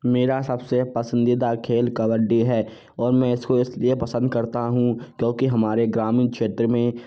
मेरा सबसे पसंदीदा खेल कबड्डी है और मैं इसको इसलिए पसंद करता हूँ क्योंकि हमारे ग्रामीण क्षेत्र में